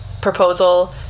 proposal